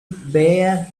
bare